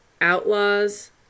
Outlaws